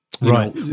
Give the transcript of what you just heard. Right